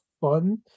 fun